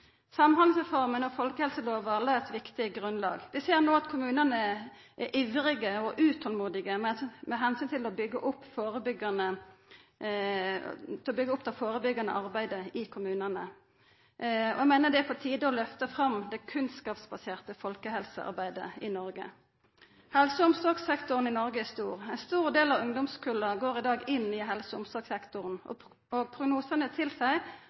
Samhandlingsreforma og folkehelselova la eit viktig grunnlag. Vi ser no at kommunane er ivrige og utolmodige med omsyn til å bygga opp det førebyggande arbeidet i kommunane. Eg meiner det er på tide å løfta fram det kunnskapsbaserte folkehelsearbeidet i Noreg. Helse- og omsorgssektoren i Noreg er stor. Ein stor del av ungdomskulla går i dag inn i helse- og omsorgssektoren, og prognosane